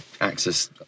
access